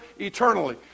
eternally